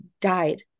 died